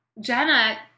Jenna